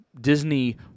Disney